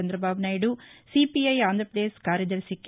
చంరబాబు Naidu CPI Andhra Pradesh కార్యదర్శి K